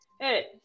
Hey